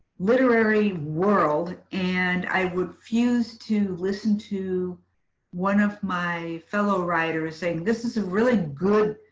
literary world and i would refuse to listen to one of my fellow writers saying this is a really good